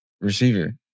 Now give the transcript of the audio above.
receiver